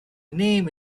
name